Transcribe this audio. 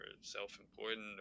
self-important